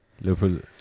Liverpool